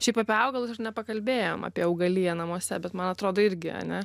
šiaip apie augalus aš nepakalbėjom apie augaliją namuose bet man atrodo irgi ane